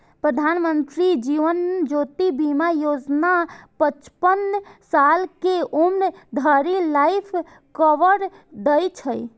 प्रधानमंत्री जीवन ज्योति बीमा योजना पचपन साल के उम्र धरि लाइफ कवर दै छै